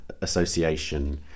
association